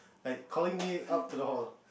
like calling me up to the hall